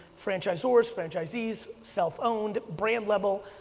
franchisors, franchisees, self owned, brand level,